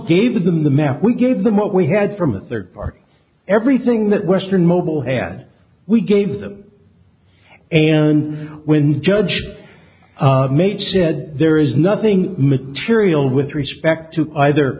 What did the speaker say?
gave them the map we gave them up we had from a third party everything that western mobile has we gave them and when judge mate said there is nothing material with respect to either